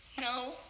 No